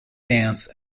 dance